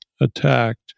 attacked